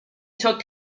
took